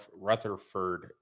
Rutherford